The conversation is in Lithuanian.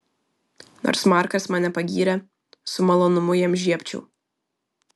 nors markas mane pagyrė su malonumu jam žiebčiau